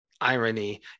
irony